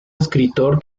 escritor